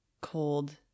cold